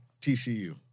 TCU